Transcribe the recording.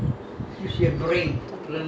ya lah then he